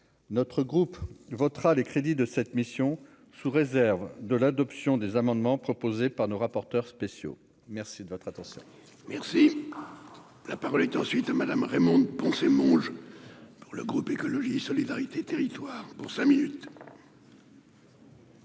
notre groupe votera les crédits de cette mission, sous réserve de l'adoption des amendements proposés par nos rapporteurs spéciaux, merci de votre attention. Merci, la parole était ensuite Madame Raymonde Poncet Monge pour le groupe Écologie Solidarité territoire dans cinq minutes.